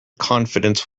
confidence